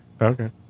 Okay